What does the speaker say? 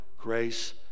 grace